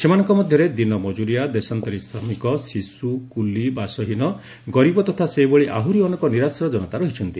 ସେମାନଙ୍କ ମଧ୍ୟରେ ଦିନ ମଜୁରିଆ ଦେଶାନ୍ତରୀ ଶ୍ରମିକ ଶିଶୁ କୁଲି ବାସହୀନ ଗରିବ ତଥା ସେହିଭଳି ଆହୁରି ଅନେକ ନିରାଶ୍ରୟ ଜନତା ରହିଛନ୍ତି